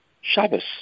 Shabbos